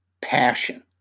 passion